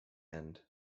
end